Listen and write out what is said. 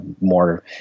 more